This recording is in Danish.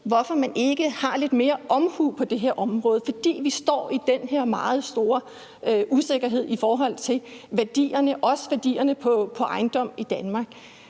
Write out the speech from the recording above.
hvorfor man ikke viser lidt mere omhu på det her område, altså fordi vi står med den her meget store usikkerhed i forhold til værdierne, også værdierne på ejendom i Danmark.